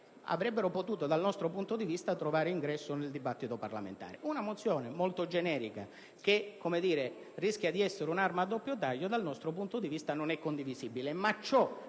potrebbe dal nostro punto di vista trovare ingresso nel dibattito parlamentare. Una mozione molto generica, che rischia di essere un'arma a doppio taglio, non è per noi condivisibile.